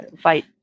fight